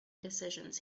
decisions